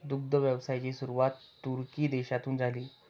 दुग्ध व्यवसायाची सुरुवात तुर्की देशातून झाली